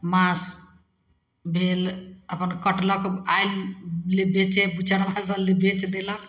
माँस भेल अपन कटलक आएल बेचै बुचरबा सब बेचि देलक